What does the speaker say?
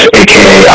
aka